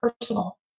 personal